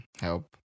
help